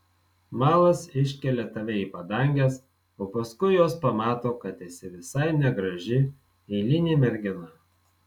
malas iškelia tave į padanges o paskui jos pamato kad esi visai negraži eilinė mergina